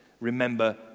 Remember